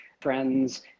friends